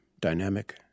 dynamic